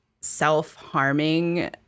self-harming